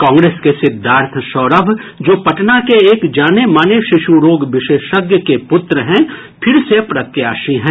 कांग्रेस के सिद्दार्थ सौरभ जो पटना के एक जाने माने शिशुरोग विशेषज्ञ के पुत्र हैं फिर से प्रत्याशी हैं